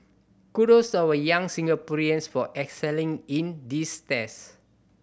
kudos to our young Singaporeans for excelling in these test